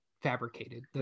fabricated